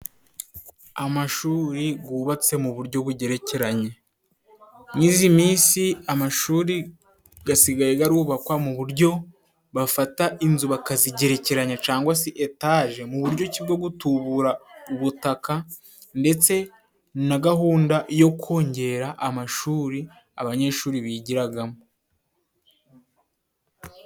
Amashuri gwubatse mu buryo bugerekeranye. Muri izi minsi amashuri gasigaye garubakwa mu buryo bafata inzu bakazigerekeranya cangwa si etaje, mu buryo bwo gutubura ubutaka, ndetse na gahunda yo kongera amashuri abanyeshuri bigiragamo.